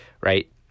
right